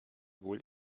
wohl